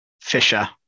Fisher